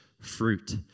fruit